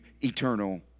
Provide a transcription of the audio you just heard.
eternal